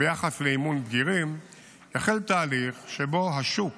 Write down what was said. ביחס לאימון בגירים יחל תהליך שבו השוק